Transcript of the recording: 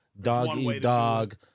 dog-eat-dog